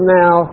now